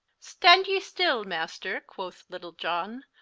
stand you still, master, quoth little john,